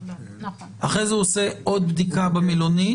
אחרי זה עושה עוד בדיקה במלונית.